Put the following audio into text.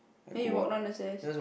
then you walk down the stairs